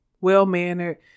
well-mannered